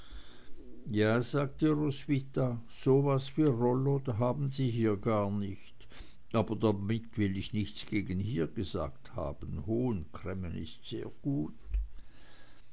ja sagte roswitha so was wie rollo haben sie hier gar nicht aber damit will ich nichts gegen hier gesagt haben hohen cremmen ist sehr gut